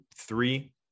three